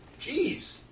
Jeez